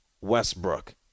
Westbrook